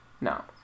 no